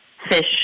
fish